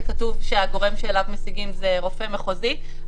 כתוב שהגורם שאליו משיגים הוא רופא מחוזי.